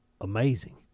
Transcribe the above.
amazing